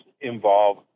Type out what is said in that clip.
involve